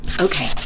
Okay